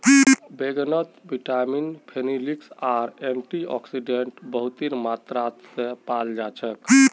बैंगनत vitamin, phenolics आर antioxidant बहुतेर मात्रात पाल जा छेक